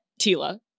Tila